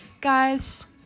guys